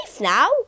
now